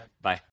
Bye